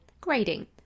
grading